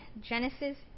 Genesis